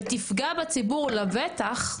ותפגע בציבור לבטח,